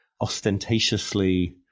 ostentatiously